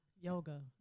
Yoga